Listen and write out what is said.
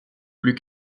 plus